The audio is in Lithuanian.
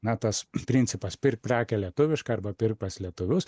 na tas principas pirk prekę lietuvišką arba pirk pas lietuvius